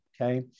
Okay